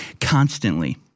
constantly